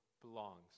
belongs